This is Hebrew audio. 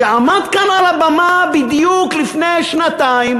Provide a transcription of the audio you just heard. שעמד כאן על הבמה בדיוק לפני שנתיים